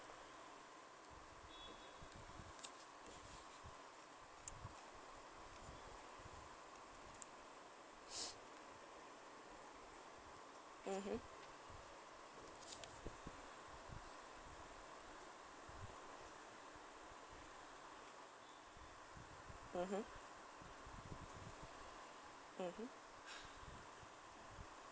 mmhmm mmhmm mmhmm